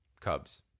Cubs